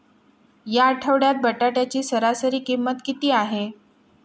या आठवड्यात बटाट्याची सरासरी किंमत किती आहे?